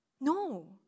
No